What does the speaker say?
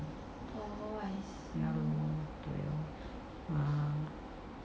what's your plan now